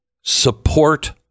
Support